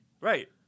Right